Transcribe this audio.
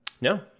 No